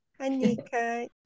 Anika